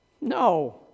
No